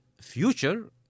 future